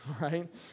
right